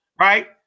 right